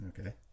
Okay